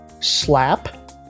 slap